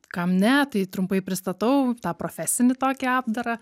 kam ne tai trumpai pristatau tą profesinį tokį apdarą